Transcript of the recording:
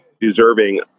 deserving